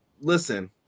Listen